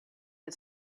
had